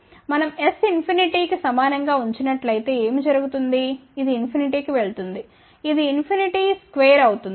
మనం s ఇన్ఫినిటీకి సమానం గా ఉంచినట్లయితే ఏమి జరుగుతుంది ఇది ఇన్ఫినిటీకి వెళుతుంది ఇది ఇన్ఫినిటీ చతురస్రం అవుతుంది